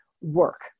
work